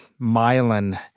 myelin